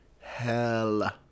hell